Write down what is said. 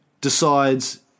decides